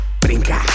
brinca